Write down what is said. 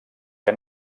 que